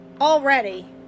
already